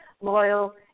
loyal